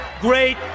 great